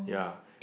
ya